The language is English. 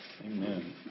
Amen